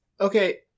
okay